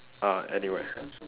uh anywhere